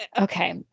Okay